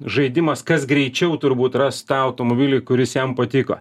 žaidimas kas greičiau turbūt ras tą automobilį kuris jam patiko